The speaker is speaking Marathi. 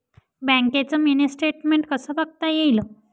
बँकेचं मिनी स्टेटमेन्ट कसं बघता येईल?